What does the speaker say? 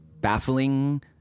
baffling